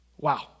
Wow